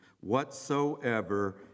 whatsoever